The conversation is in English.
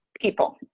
people